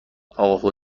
اقا